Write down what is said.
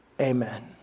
amen